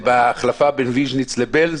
נינט טייב זה בהחלפה בין ויזניץ' לבעלז.